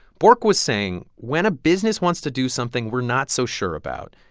bork was saying when a business wants to do something we're not so sure about,